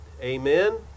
Amen